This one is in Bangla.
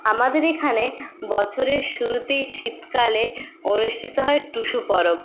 আমাদের এখানে বছরের শুরুতেই শীতকালে অনুষ্ঠিত হয় টুসু পরব